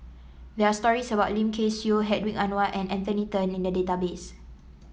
there are stories about Lim Kay Siu Hedwig Anuar and Anthony Then in the database